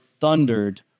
thundered